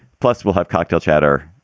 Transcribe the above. plus, we'll have cocktail chatter